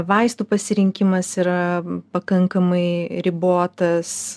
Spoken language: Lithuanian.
vaistų pasirinkimas yra pakankamai ribotas